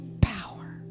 power